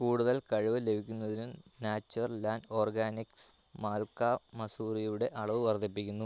കൂടുതൽ കഴിവ് ലഭിക്കുന്നതിന് നാച്ചർലാൻഡ് ഓർഗാനിക്സ് മാൽക്ക മസുറിയുടെ അളവ് വർദ്ധിപ്പിക്കുന്നു